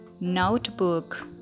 Notebook